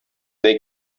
they